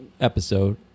episode